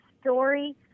story